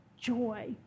joy